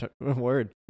word